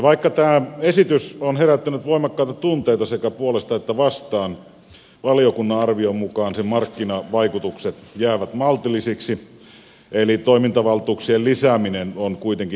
vaikka tämä esitys on herättänyt voimakkaita tunteita sekä puolesta että vastaan valiokunnan arvion mukaan sen markkinavaikutukset jäävät maltillisiksi eli toimintavaltuuksien lisääminen on kuitenkin tärkeää